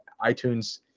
iTunes